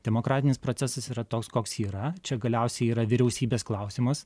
demokratinis procesas yra toks koks yra čia galiausiai yra vyriausybės klausimas